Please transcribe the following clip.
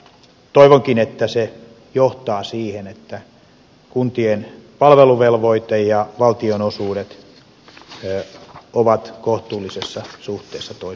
toivonkin että se johtaa siihen että kuntien palveluvelvoite ja valtionosuudet ovat kohtuullisessa suhteessa toisiinsa nähden